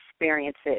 experiences